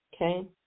Okay